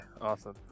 awesome